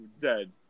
dead